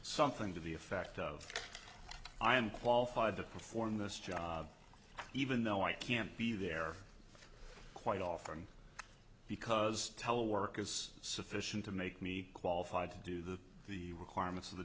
something to the effect of i am qualified to perform this job even though i can't be there quite often because tele work is sufficient to make me qualified to do the the requirements of the